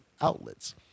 outlets